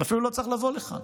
אתה אפילו לא צריך לבוא לכאן.